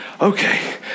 okay